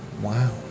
Wow